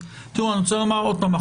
אני רוצה לומר עוד פעם.